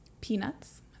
peanuts